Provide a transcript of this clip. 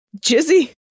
Jizzy